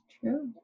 True